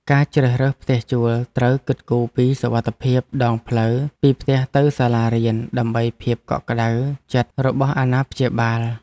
ការជ្រើសរើសផ្ទះជួលត្រូវគិតគូរពីសុវត្ថិភាពដងផ្លូវពីផ្ទះទៅសាលារៀនដើម្បីភាពកក់ក្តៅចិត្តរបស់អាណាព្យាបាល។